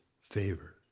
favor